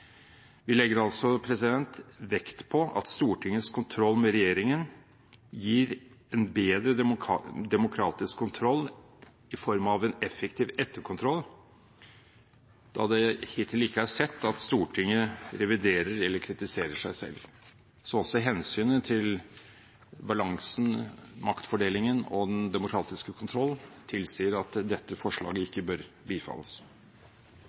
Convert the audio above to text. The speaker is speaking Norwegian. Vi legger altså vekt på at Stortingets kontroll med regjeringen gir en bedre demokratisk kontroll i form av en effektiv etterkontroll, da det hittil ikke er sett at Stortinget reviderer eller kritiserer seg selv. Også hensynet til balansen – maktfordelingen – og den demokratiske kontroll tilsier at dette forslaget ikke bør bifalles.